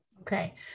Okay